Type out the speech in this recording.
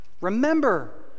remember